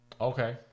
okay